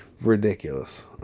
ridiculous